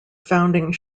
founding